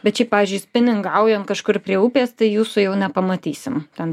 bet šiaip pavyzdžiui spiningaujant kažkur prie upės tai jūsų jau nepamatysim ten